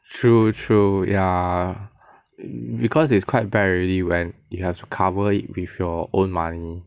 true true ya because it's quite bad already when you have to cover it with your own money